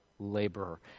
Laborer